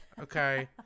okay